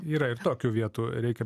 yra ir tokių vietų reikia